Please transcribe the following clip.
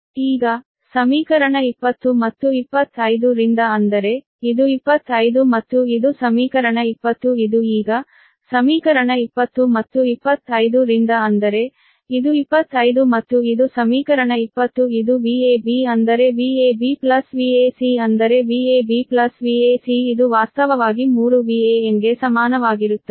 ಈಗ ಸಮೀಕರಣ 20 ಮತ್ತು 25 ರಿಂದ ಅಂದರೆ ಇದು 25 ಮತ್ತು ಇದು ಸಮೀಕರಣ 20 ಇದು ಈಗ ಸಮೀಕರಣ 20 ಮತ್ತು 25 ರಿಂದ ಅಂದರೆ ಇದು 25 ಮತ್ತು ಇದು ಸಮೀಕರಣ 20 ಇದು Vab ಅಂದರೆ Vab Vac ಅಂದರೆ Vab Vac ಇದು ವಾಸ್ತವವಾಗಿ 3 Van ಗೆ ಸಮಾನವಾಗಿರುತ್ತದೆ